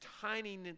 tiny